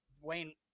Wayne